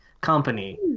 company